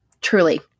Truly